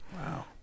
Wow